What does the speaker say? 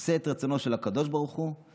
עושה את רצונו של הקדוש ברוך הוא,